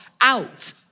out